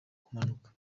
kumanuka